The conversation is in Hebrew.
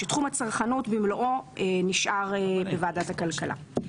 שתחום הצרכנות במלואו נשאר בוועדת הכלכלה.